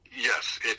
Yes